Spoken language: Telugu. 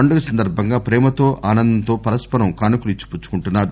పండుగ సందర్బంగా ప్రేమతో ఆనందంతో పరస్పరం కానుకలు ఇచ్చుకుంటున్నారు